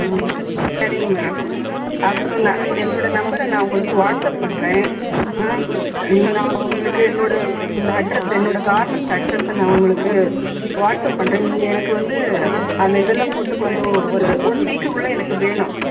ம் சரிங்க மேடம் அப்புறம் நான் என்னோடய நம்பரை நான் உங்களுக்கு வாட்சப் பண்ணுறேன் ம் நான் உங்களுக்கு என்னோடய இந்த அட்ரஸ் என்னோடய கார்மன்ஸ் அட்ரஸை நான் உங்களுக்கு வாட்சப் பண்ணுறேன் நீங்கள் எனக்கு வந்து அந்த இதெல்லாம் போட்டு கொஞ்சம் ஒரு ஒன் வீக்குக்குள்ளே எனக்கு வேணும்